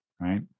right